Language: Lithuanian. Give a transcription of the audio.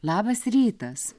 labas rytas